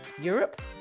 Europe